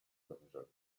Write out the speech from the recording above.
profesor